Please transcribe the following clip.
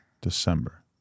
December